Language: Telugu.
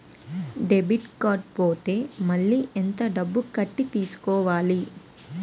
డెబిట్ కార్డ్ పోతే మళ్ళీ ఎంత డబ్బు కట్టి తీసుకోవాలి?